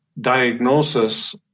diagnosis